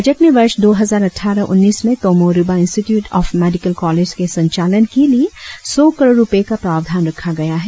budget में वर्ष दो हजार अट्ठारह उन्नीस में Tomo Riba institute of medical college के संचालन के लिए सौ करोड़ रुपए का प्रावधान रखा गया है